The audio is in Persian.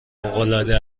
العاده